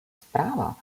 zpráva